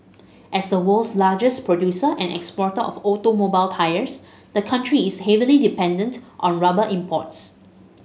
as the world's largest producer and exporter of automobile tyres the country is heavily dependent on rubber imports